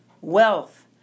wealth